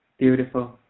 Beautiful